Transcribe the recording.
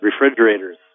refrigerators